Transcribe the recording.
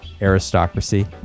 aristocracy